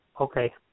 okay